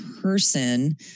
person